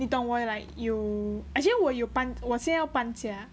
你懂我有 like you actually 我有搬我现在要搬家